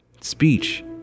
speech